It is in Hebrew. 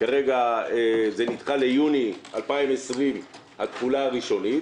כרגע זה נדחה ליוני 2020 התחולה הראשונית,